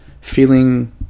feeling